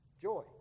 joy